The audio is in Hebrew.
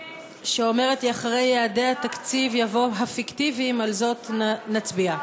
שאומרת: אחרי "יעדי התקציב" יבוא "הפיקטיביים" על זאת נצביע.